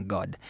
God